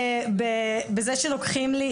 בזה שלוקחים לי,